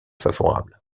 favorable